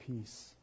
peace